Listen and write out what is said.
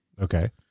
okay